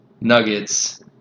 Nuggets